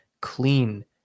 clean